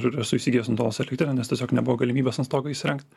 ir esu įsigijęs nutolusią elektrinę nes tiesiog nebuvo galimybės ant stogo įsirengt